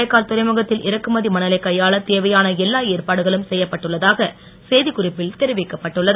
காரைக்கால் துறைமுகத்தில் இறக்குமதி மணலை கையாள தேவையான எல்லா ஏற்பாடுகளும் செய்யப்பட்டுள்ளதாக செய்திக் குறிப்பில் தெரிவிக்கப்பட்டுள்ளது